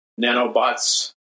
Nanobots